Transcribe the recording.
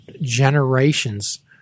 generations